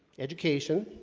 education